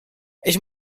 ich